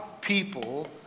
people